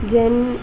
যেন